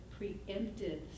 preemptive